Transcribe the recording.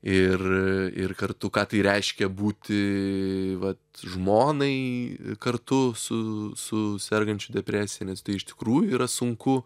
ir ir kartu ką tai reiškia būti vat žmonai kartu su su sergančiu depresija nes tai iš tikrųjų yra sunku